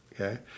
Okay